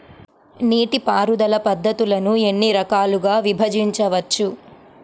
నీటిపారుదల పద్ధతులను ఎన్ని రకాలుగా విభజించవచ్చు?